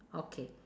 okay